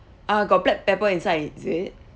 ah got black pepper inside is it